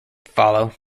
follow